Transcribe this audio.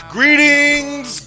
Greetings